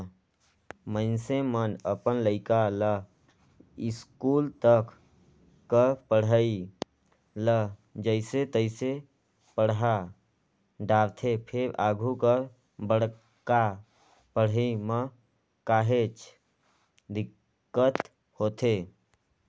मइनसे मन अपन लइका ल इस्कूल तक कर पढ़ई ल जइसे तइसे पड़हा डारथे फेर आघु कर बड़का पड़हई म काहेच दिक्कत होथे